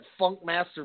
Funkmaster